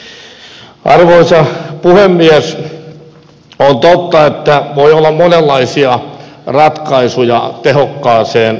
on totta että voi olla monenlaisia ratkaisuja tehokkaaseen malliin